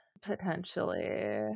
potentially